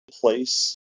place